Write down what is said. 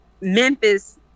Memphis